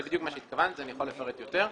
אני יכול לפרט יותר.